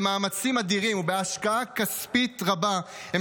במאמצים אדירים ובהשקעה כספית רבה הם